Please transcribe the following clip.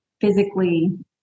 physically